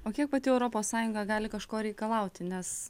o kiek pati europos sąjunga gali kažko reikalauti nes